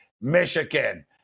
Michigan